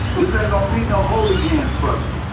this aint gonna be no holy hands brother.